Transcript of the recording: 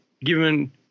given